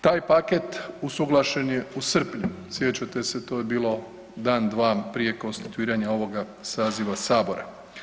Taj paket usuglašen je u srpnju, sjećate se to je bilo dan dva prije konstituiranja ovoga saziva sabora.